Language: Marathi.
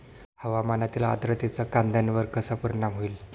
हवामानातील आर्द्रतेचा कांद्यावर कसा परिणाम होईल?